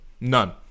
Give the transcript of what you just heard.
None